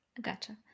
Gotcha